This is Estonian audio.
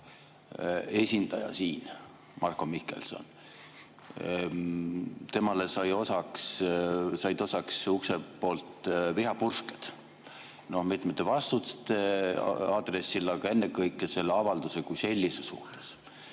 esindajale siin, Marko Mihkelsonile said osaks ukse poolt vihapursked mitmete vastuste aadressil, aga ennekõike selle avalduse kui sellise suhtes.